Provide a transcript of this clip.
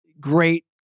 Great